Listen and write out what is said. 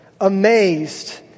amazed